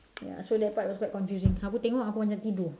ya so that part was quite confusing aku tengok aku macam tidur